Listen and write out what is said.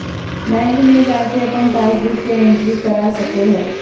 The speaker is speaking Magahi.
बैंक में जाके अपन पासबुक के एंट्री करा सको हइ